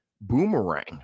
Boomerang